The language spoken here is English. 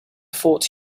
thought